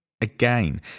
Again